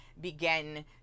begin